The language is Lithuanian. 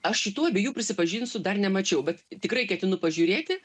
aš šitų abiejų prisipažinsiu dar nemačiau bet tikrai ketinu pažiūrėti